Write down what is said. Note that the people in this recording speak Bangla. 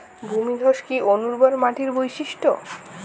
ভূমিধস কি অনুর্বর মাটির বৈশিষ্ট্য?